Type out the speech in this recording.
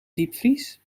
diepvries